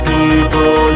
People